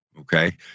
Okay